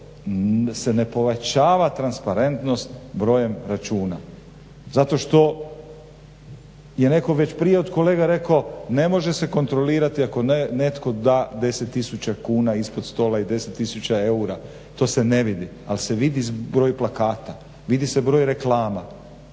se ne povećava transparentnost brojem računa zato što je netko već prije od kolega rekao, ne može se kontrolirati ako netko da 10 tisuća kuna ispod stola i 10 tisuća eura, to se ne vidi, ali se vidi zbroj plakata, vidi se broj reklama,